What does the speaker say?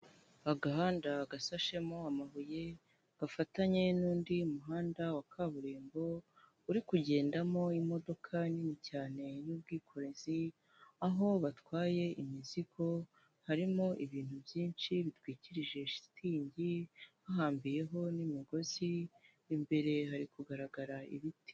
Agahanda gasashemo amabuye gafatanye n'undi muhanda wa kaburimbo, uri kugendamo imodoka nini cyane y'ubwikorezi aho batwaye imizigo harimo ibintu byinshi bitwikirije shitingi hahambiyeho n'imigozi, imbere hari kugaragara ibiti.